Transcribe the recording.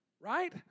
right